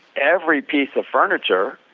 every piece of furniture